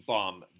Bomb